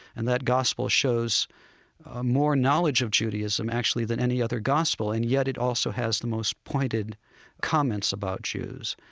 and that gospel shows more knowledge of judaism actually than any other gospel, and yet it also has the most pointed comments about jews.